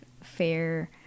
fair